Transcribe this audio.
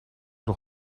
nog